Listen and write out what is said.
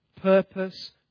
purpose